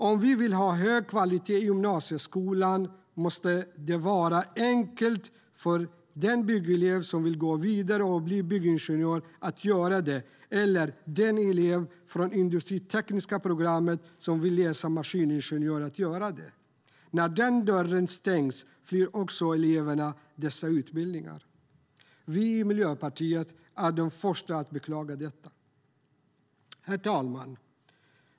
Om vi vill ha hög kvalitet i gymnasieskolan måste det vara enkelt för den byggelev som vill gå vidare och bli byggingenjör att göra det eller för den elev från industritekniska programmet som vill läsa till maskiningenjör att göra det. När den dörren stängs flyr också eleverna dessa utbildningar. Vi i Miljöpartiet är de första att beklaga detta. Herr talman!